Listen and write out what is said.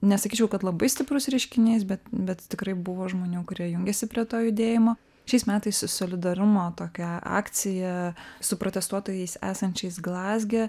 nesakyčiau kad labai stiprus reiškinys bet bet tikrai buvo žmonių kurie jungėsi prie to judėjimo šiais metais solidarumo tokią akciją su protestuotojais esančiais glazge